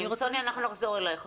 סוניה, אנחנו נחזור אליך עוד מעט.